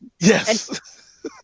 Yes